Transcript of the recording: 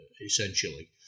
essentially